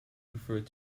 preferred